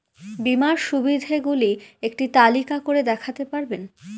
বীমার সুবিধে গুলি একটি তালিকা করে দেখাতে পারবেন?